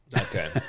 okay